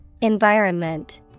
environment